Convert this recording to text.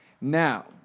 Now